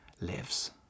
lives